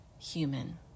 human